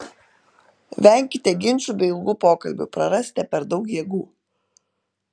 venkite ginčų bei ilgų pokalbių prarasite per daug jėgų